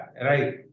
right